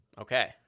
Okay